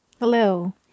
Hello